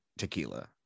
tequila